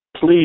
please